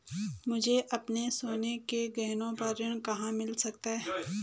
मुझे अपने सोने के गहनों पर ऋण कहाँ मिल सकता है?